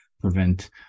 prevent